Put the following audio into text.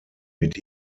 mit